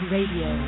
Radio